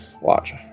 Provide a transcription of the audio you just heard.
Watch